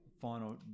final